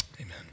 Amen